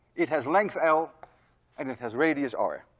it has length l and it has radius r.